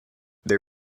they